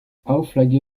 auflage